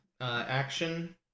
action